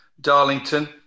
Darlington